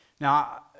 Now